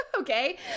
okay